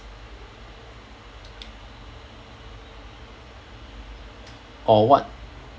or what